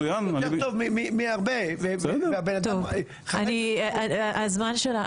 כאילו- -- הזמן שלנו,